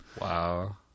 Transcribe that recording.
wow